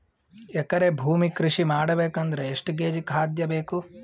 ಎಕರೆ ಭೂಮಿ ಕೃಷಿ ಮಾಡಬೇಕು ಅಂದ್ರ ಎಷ್ಟ ಕೇಜಿ ಖಾದ್ಯ ಬೇಕು?